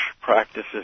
practices